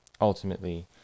ultimately